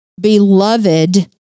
beloved